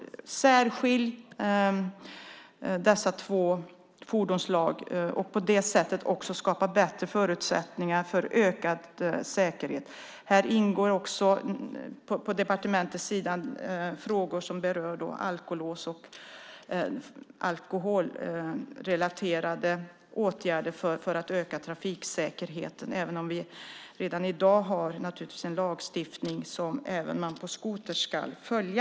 Genom att särskilja dessa två fordonsslag skapar man bättre förutsättningar för ökad säkerhet. Här ingår också på departementets sida frågor som berör alkolås och alkoholrelaterade åtgärder för att öka trafiksäkerheten - även om vi redan i dag har en lagstiftning som man även på skoter ska följa.